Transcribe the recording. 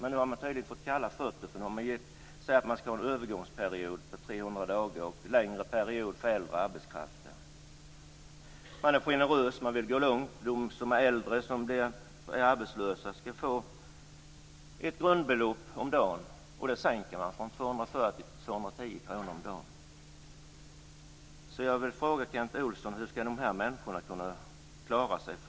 Nu har de tydligen fått kalla fötter, därför att nu säger de att man skall ha en övergångsperiod på 300 dagar och en längre period för äldre arbetskraft. Man är generös och vill gå långt. De som är äldre och är arbetslösa skall få ett grundbelopp om dagen, och det sänker man från 240 kr till 210 kr per dag. Jag vill fråga Kent Olsson hur dessa människor skall kunna klara sig.